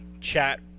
chat